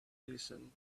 listen